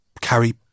carry